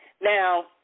Now